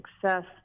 success